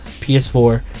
PS4